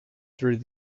through